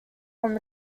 from